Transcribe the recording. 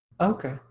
Okay